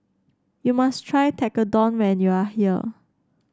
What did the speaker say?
you must try Tekkadon when you are here